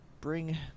bring